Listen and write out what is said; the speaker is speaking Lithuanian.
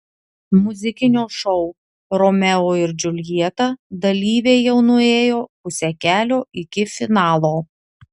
muzikinio šou romeo ir džiuljeta dalyviai jau nuėjo pusę kelio iki finalo